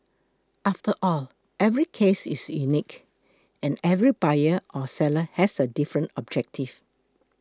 after all every case is unique and every buyer or seller has a different objective